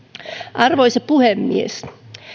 arvoisa puhemies